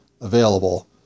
available